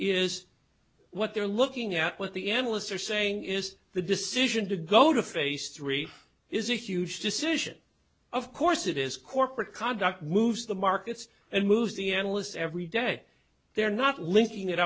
is what they're looking at what the analysts are saying is the decision to go to face three is a huge decision of course it is corporate conduct moves the markets and moves the analysts every day they're not linking it